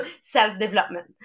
self-development